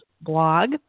blog